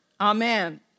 Amen